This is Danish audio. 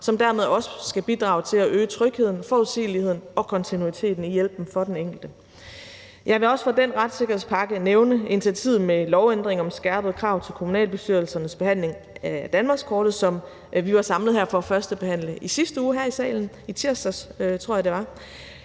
som dermed også skal bidrage til at øge trygheden, forudsigeligheden og kontinuiteten i hjælpen til den enkelte. Jeg vil også fra den retssikkerhedspakke nævne initiativet med lovændring om skærpede krav til kommunalbestyrelsernes behandling af danmarkskortet ,som vi var samlet her i salen for at førstebehandle i sidste uge, i tirsdags, tror jeg det